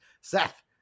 Seth